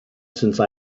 since